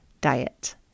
diet